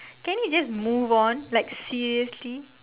can you just move on like seriously